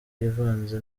ivanze